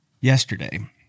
yesterday